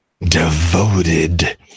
devoted